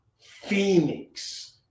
Phoenix